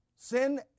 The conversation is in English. sin